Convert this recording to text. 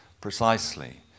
precisely